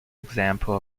example